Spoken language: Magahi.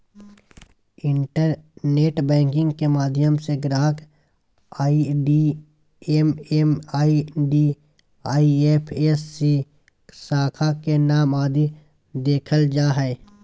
इंटरनेट बैंकिंग के माध्यम से ग्राहक आई.डी एम.एम.आई.डी, आई.एफ.एस.सी, शाखा के नाम आदि देखल जा हय